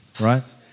right